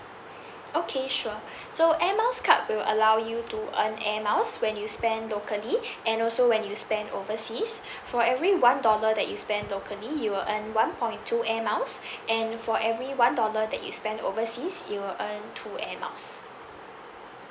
okay sure so air miles card will allow you to earn air miles when you spend locally and also when you spend overseas for every one dollar that you spend locally you will earn one point two air miles and for every one dollar that you spend overseas you will earn two air miles